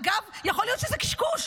אגב, יכול להיות שזה קשקוש.